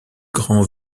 grands